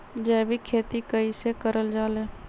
जैविक खेती कई से करल जाले?